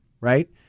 Right